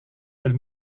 del